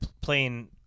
playing –